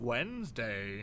Wednesday